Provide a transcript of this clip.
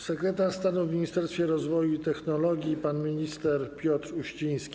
Sekretarz stanu w Ministerstwie Rozwoju i Technologii pan minister Piotr Uściński.